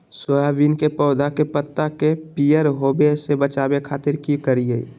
Soybean के पौधा के पत्ता के पियर होबे से बचावे खातिर की करिअई?